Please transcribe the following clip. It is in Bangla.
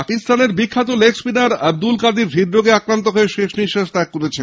পাকিস্তানের প্রাক্তন বিখ্যাত লেগ স্পিনার আব্দুল কাদির হৃদরোগে আক্রান্ত হইয়ে শেষ নিঃশ্বাস ত্যাগ করেছেন